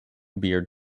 beard